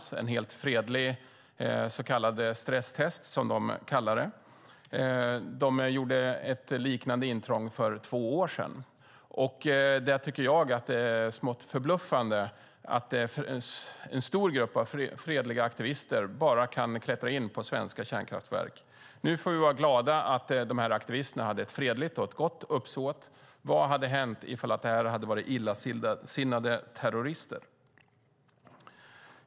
Det var ett helt fredligt stresstest, som de kallar det. De gjorde ett liknande intrång för två år sedan. Jag tycker att det är smått förbluffande att en stor grupp av fredliga aktivister kan klättra in i svenska kärnkraftverk. Nu får vi vara glada över att de här aktivisterna hade ett fredligt och gott uppsåt. Vad hade hänt ifall det hade varit illasinnade terrorister?